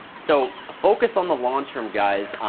so focus on the long-term guys.